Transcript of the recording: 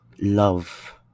love